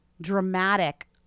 dramatic